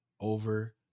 over